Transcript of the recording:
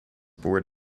board